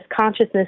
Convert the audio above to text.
consciousness